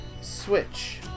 Switch